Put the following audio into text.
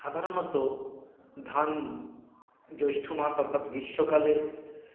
সাধারণত ধান জ্যৈষ্ঠ মাস অর্থাৎ গ্রীষ্মকালে